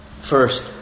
First